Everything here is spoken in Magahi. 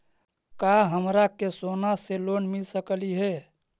का हमरा के सोना से लोन मिल सकली हे?